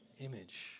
image